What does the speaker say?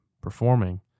performing